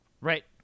Right